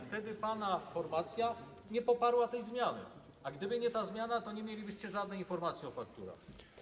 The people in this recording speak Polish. Wtedy pana formacja nie poparła tej zmiany, ale gdyby nie ta zmiana, to nie mielibyście żadnej informacji o fakturach.